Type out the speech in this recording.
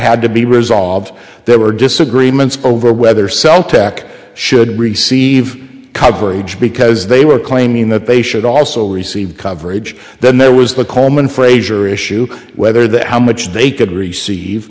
had to be resolved there were disagreements over whether cell tech should receive coverage because they were claiming that they should also receive coverage then there was the coleman frazier issue whether that how much they could receive